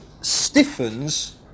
stiffens